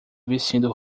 vestindo